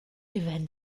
event